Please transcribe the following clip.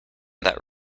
that